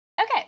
Okay